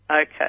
Okay